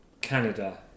Canada